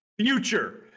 Future